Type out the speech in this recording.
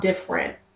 different